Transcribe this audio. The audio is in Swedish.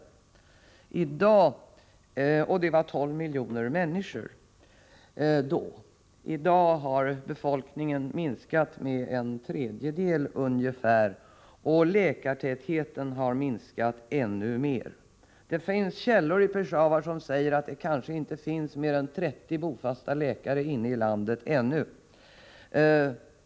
Samtidigt fanns det 12 miljoner människor. I dag har befolkningen minskat med ungefär en tredjedel, och läkartätheten har minskat ännu mer. Källor i Peshawar säger att det kanske inte finns mer än 30 bofasta läkare inne i landet.